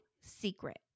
Secret